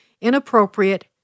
inappropriate